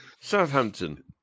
Southampton